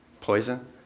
Poison